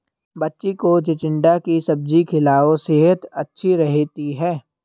बच्ची को चिचिण्डा की सब्जी खिलाओ, सेहद अच्छी रहती है